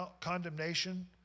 condemnation